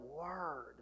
word